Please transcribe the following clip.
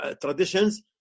traditions